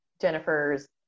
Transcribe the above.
Jennifer's